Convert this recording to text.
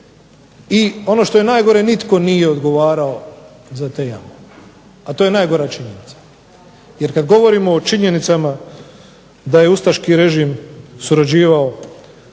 I ono što je najgore, nitko nije odgovarao za te jame, a to je najgora činjenica. Jer kad govorimo o činjenicama da je ustaški režim surađivao